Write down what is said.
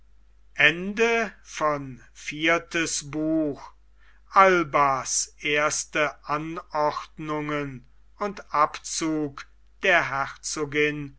albas erste anordnungen und abzug der herzogin